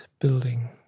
building